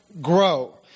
grow